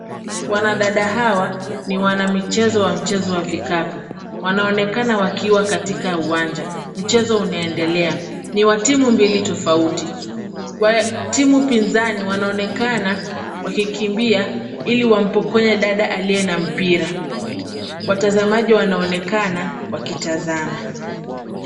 Wanadada hawa ni wanamichezo wa mchezo wa vikapu. Wanaonekana wakiwa katika uwanja, mchezo unaendelea. Ni wa timu mbili tofauti, wa timu pinzani wanaonekana wakikimbia ili wampokonye dada aliye na mpira. Watazamaji wanaonekana wakitazama.